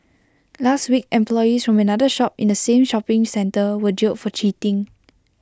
last week employees from another shop in the same shopping centre were jailed for cheating